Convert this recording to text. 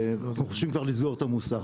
אנחנו חושבים לסגור את המוסך.